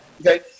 okay